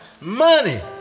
money